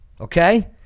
okay